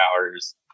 hours